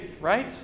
right